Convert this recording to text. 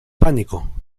pánico